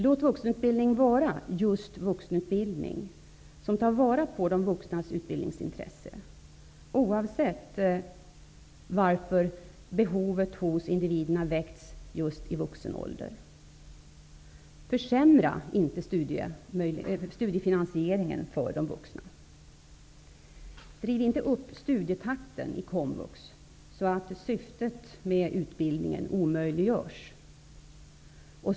Låt vuxenutbildningen vara just vuxenutbildning som tar vara på de vuxnas utbildningsintresse, oavsett varför behovet hos individerna väckts just i vuxen ålder. Försämra inte studefinansieringen för de vuxna! Driv inte upp studietakten i komvux så att syftet med utbildningen omöjliggörs!